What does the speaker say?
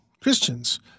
Christians